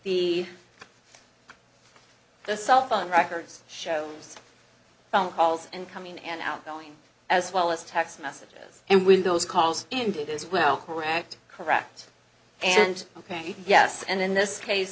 the the cell phone records shows phone calls and come in and outgoing as well as text messages and when those calls ended as well correct correct and ok yes and in this case